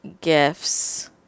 gifts